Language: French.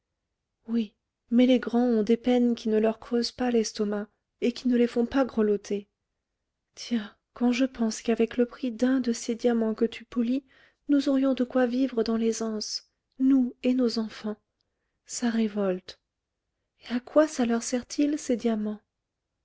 oui mais les grands ont des peines qui ne leur creusent pas l'estomac et qui ne les font pas grelotter tiens quand je pense qu'avec le prix d'un de ces diamants que tu polis nous aurions de quoi vivre dans l'aisance nous et nos enfants ça révolte et à quoi ça leur sert-il ces diamants